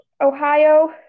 Ohio